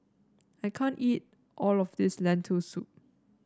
I can't eat all of this Lentil Soup